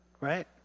right